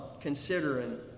considering